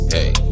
Hey